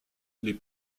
les